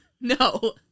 No